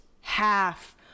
half